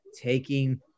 taking